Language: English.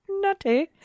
nutty